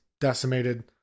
decimated